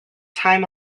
time